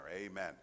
amen